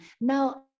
Now